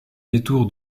détour